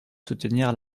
soutenir